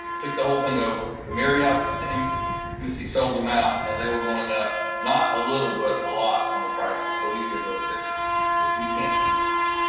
took the whole thing over the marriott um missy sold them out and then we were going up not a little but a lot on the prices. so we said look this we can't do this.